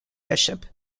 bishop